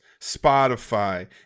Spotify